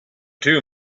two